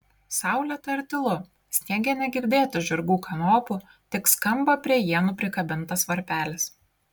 saulėta ir tylu sniege negirdėti žirgų kanopų tik skamba prie ienų prikabintas varpelis